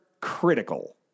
critical